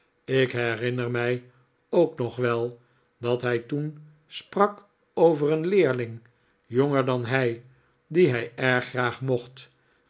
ik herinner mij ook nog wel dat hij toen sprak over een leerling jonger dan hij dien hij erg graag mocht